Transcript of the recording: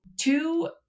Two